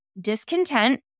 discontent